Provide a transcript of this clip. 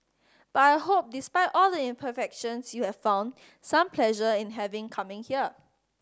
but I hope despite all the imperfections you have found some pleasure in having come here